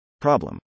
Problem